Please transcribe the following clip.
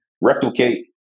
replicate